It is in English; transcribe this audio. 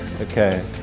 Okay